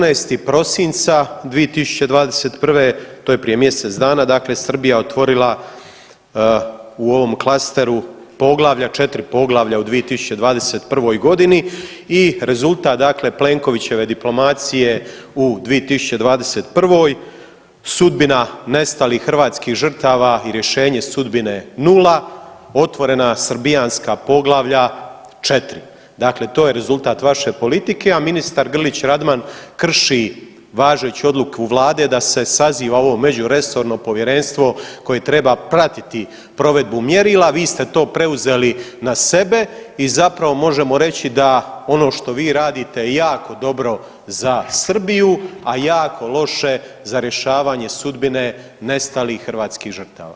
14. prosinca 2021. to je prije mjesec dana, dakle, Srbija otvorila u ovom klasteru poglavlja, 4 poglavlja u 2021. g. i rezultat dakle Plenkovićeve diplomacije u 2021. sudbina nestalih hrvatskih žrtava i rješenje sudbine 0, otvorena srbijanska poglavlja 4. Dakle to je rezultat vaše politike, a ministar Grlić Radman krši važeću odluku Vlade da se saziva ovo međuresorno povjerenstvo koje treba pratiti provedbu mjerila, vi ste to preuzeli na sebe i zapravo možemo reći da ono što vi radite jako dobro za Srbiju, a jako loše za rješavanje sudbine nestalih hrvatskih žrtava.